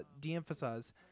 de-emphasize